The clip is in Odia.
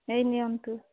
ଏଇ ନିଅନ୍ତୁ